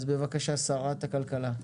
אז בבקשה, שרת הכלכלה.